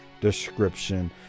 description